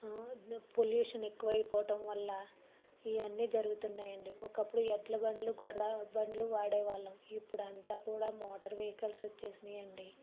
pollution ఎక్కువైపోవటం వల్ల ఇవన్ని జరుగుతున్నాయండి ఒకప్పుడు ఎడ్ల బండ్లు గుర్రాల బండ్లు వాడేవాళ్ళం ఇప్పుడు అంతా కూడా మోటార్ వెయికల్స్ వచ్చేసాయండి